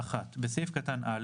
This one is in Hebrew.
(1)בסעיף קטן (א),